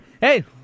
hey